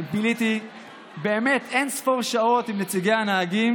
ביליתי באמת אין-ספור שעות עם נציגי הנהגים